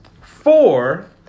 Four